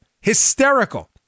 Hysterical